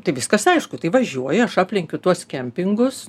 tai viskas aišku tai važiuoja aš aplenkiu tuos kempingus